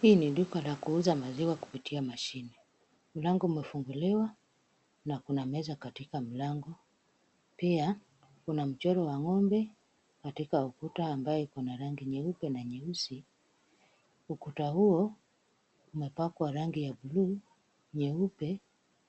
Hii ni duka la kuuzaa maziwa kupitia mashini. Mlango umefunguliwa na kuna meza katika mlango pia, kuna mchoro wa ng'ombe katika ukuta ambaye yuko na rangi nyeupe na nyeusi. Ukuta huo imepakwa rangi nyeupe